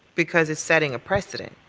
because it's setting a precedent.